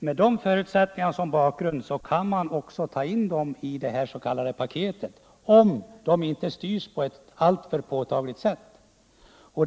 Mot den bakgrunden bör det kommersiella utbudet tas med i detta paket om det inte påtagligt styr verksamheten.